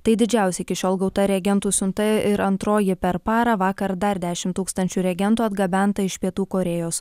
tai didžiausia iki šiol gauta reagentų siunta ir antroji per parą vakar dar dešimt tūkstančių reagentų atgabenta iš pietų korėjos